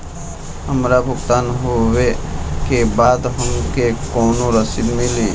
हमार भुगतान होबे के बाद हमके कौनो रसीद मिली?